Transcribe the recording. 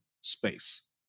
space